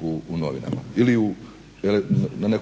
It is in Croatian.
u novinama ili na